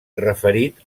referit